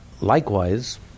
Likewise